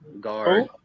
guard